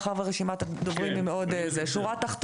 מאחר ורשימת הדוברים ארוכה.